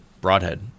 broadhead